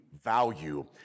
value